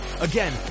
Again